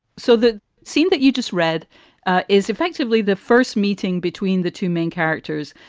so the scene that you just read is effectively the first meeting between the two main characters,